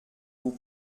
vous